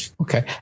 Okay